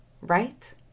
right